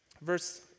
Verse